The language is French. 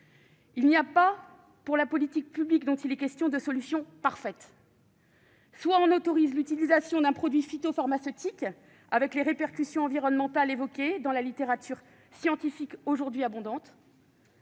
Il n'y a pas, pour la politique publique dont il est question, de solution parfaite. Soit on autorise l'utilisation d'un produit phytopharmaceutique, avec les répercussions environnementales évoquées dans la littérature scientifique aujourd'hui abondante,